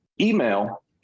email